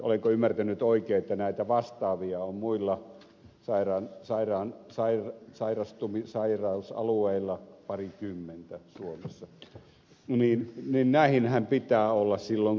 olenko ymmärtänyt oikein että vastaavia on muilla sairausalueilla parikymmentä asut niin mie näinhän pitää olla suomessa